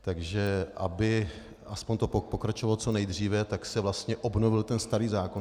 Takže aby aspoň to pokračovalo co nejdříve, tak se vlastně obnovil ten starý zákon.